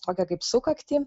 tokią kaip sukaktį